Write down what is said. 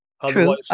Otherwise